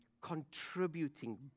contributing